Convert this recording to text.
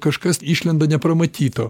kažkas išlenda nepramatyto